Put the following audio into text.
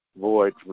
void